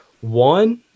One